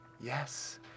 yes